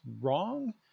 wrong